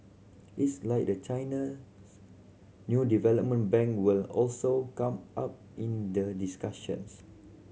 it's likely that China new development bank will also come up in the discussions